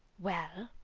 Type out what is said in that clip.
well,